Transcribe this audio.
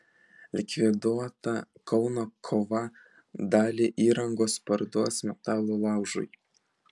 likviduota kauno kova dalį įrangos parduos metalo laužui